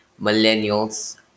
millennials